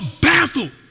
baffled